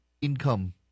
income